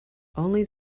only